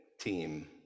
team